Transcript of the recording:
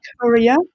Korea